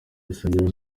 rusengero